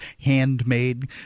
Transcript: handmade